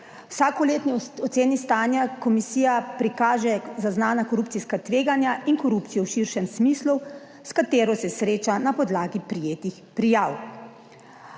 vsakoletni oceni stanja komisija prikaže zaznana korupcijska tveganja in korupcijo v širšem smislu, s katero se sreča na podlagi prejetih prijav.